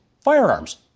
firearms